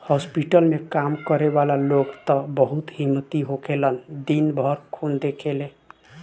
hospital में काम करे वाला लोग त बहुत हिम्मती होखेलन दिन भर खून देखेले